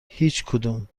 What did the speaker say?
هیچدوم